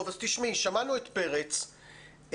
שמענו את פרץ,